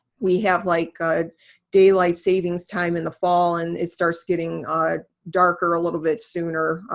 we have like daylight savings time in the fall and it starts getting darker a little bit sooner.